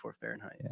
Fahrenheit